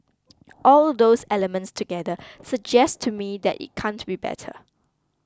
all those elements together suggest to me that it can't be better